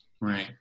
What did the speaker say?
Right